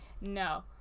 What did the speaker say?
No